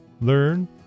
learn